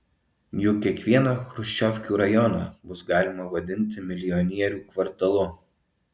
juk kiekvieną chruščiovkių rajoną bus galima vadinti milijonierių kvartalu